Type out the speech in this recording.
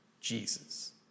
Jesus